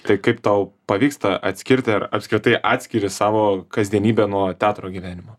tai kaip tau pavyksta atskirti ar apskritai atskiri savo kasdienybę nuo teatro gyvenimo